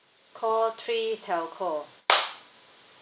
call three telco